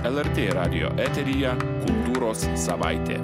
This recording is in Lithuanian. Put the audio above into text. lrt radijo eteryje kultūros savaitė